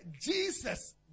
Jesus